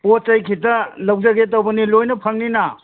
ꯄꯣꯠ ꯆꯩ ꯈꯤꯇ ꯂꯧꯖꯒꯦ ꯇꯧꯕꯅꯤ ꯂꯣꯏꯅ ꯐꯪꯅꯤꯅ